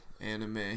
anime